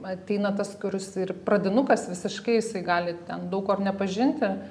ateina tas kuris ir pradinukas visiškai jisai gali ten daug ko ir nepažinti